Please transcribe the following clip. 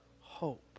hope